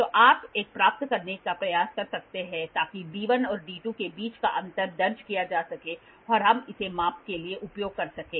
तो आप एक प्राप्त करने का प्रयास कर सकते हैं ताकि d1 और d2 के बीच का अंतर दर्ज किया जा सके और हम इसे माप के लिए उपयोग कर सकें